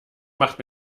macht